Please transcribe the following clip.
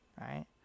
right